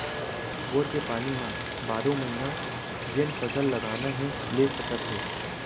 bore के पानी म बारो महिना जेन फसल लगाना हे ले सकत हे